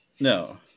no